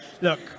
Look